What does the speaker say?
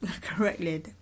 correctly